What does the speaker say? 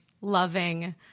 loving